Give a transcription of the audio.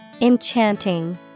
Enchanting